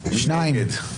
מי נגד?